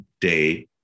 day